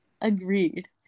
agreed